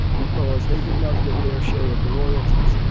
because they did not get their share of the royalties.